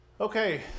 Okay